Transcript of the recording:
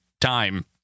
time